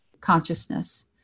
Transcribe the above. consciousness